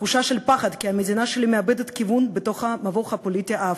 תחושה של פחד כי המדינה שלי מאבדת כיוון בתוך המבוך הפוליטי האפרורי,